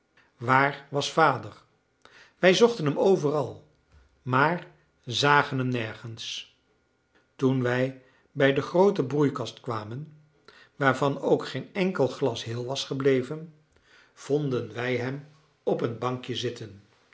waar was vader wij zochten hem overal maar zagen hem nergens toen wij bij de groote broeikast kwamen waarvan ook geen enkel glas heel was gebleven vonden wij hem op een bankje zitten